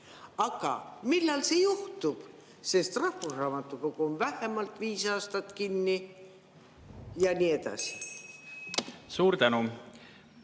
Aga millal see juhtub? Rahvusraamatukogu on vähemalt viis aastat kinni. Ja nii edasi. Suur tänu!